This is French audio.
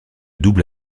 double